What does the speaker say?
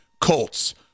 Colts